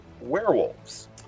werewolves